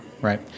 Right